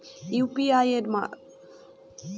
UPI এর barcode থাকার সুবিধে কি?